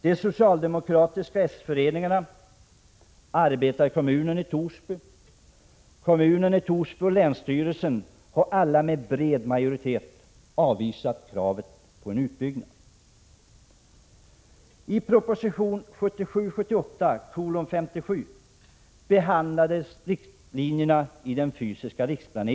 De socialdemokratiska föreningarna, arbetarekommunen i Torsby, kommunen i Torsby och länsstyrelsen har alla med bred majoritet avvisat kravet på en utbyggnad.